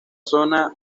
zona